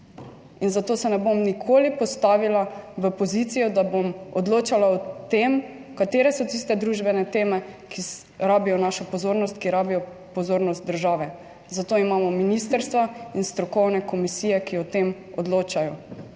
in zato se ne bom nikoli postavila v pozicijo, da bom odločala o tem, katere so tiste družbene teme, ki rabijo našo pozornost, ki rabijo pozornost države. Za to imamo ministrstva in strokovne komisije, ki o tem odločajo